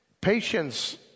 Patience